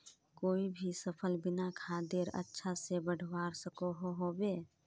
कोई भी सफल बिना खादेर अच्छा से बढ़वार सकोहो होबे?